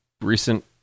recent